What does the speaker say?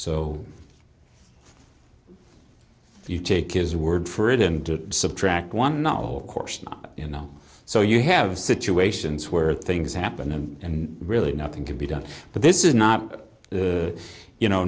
if you take his word for it and to subtract one not of course you know so you have situations where things happen and really nothing can be done but this is not you know